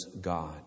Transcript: God